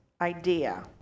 idea